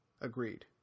agreed